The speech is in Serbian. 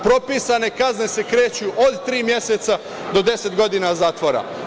Propisane kazne se kreću od tri meseca do 10 godina zatvora.